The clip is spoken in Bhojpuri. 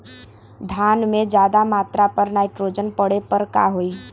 धान में ज्यादा मात्रा पर नाइट्रोजन पड़े पर का होई?